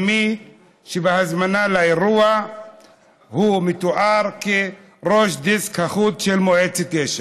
ומי שבהזמנה לאירוע מתואר כראש דסק החוץ של מועצת יש"ע.